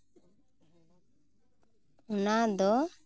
ᱚᱱᱟ ᱫᱚ